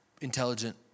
intelligent